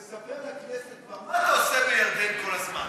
תספר לכנסת כבר מה אתה עושה בירדן כל הזמן.